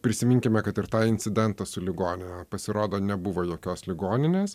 prisiminkime kad ir tą incidentą su ligonine pasirodo nebuvo jokios ligoninės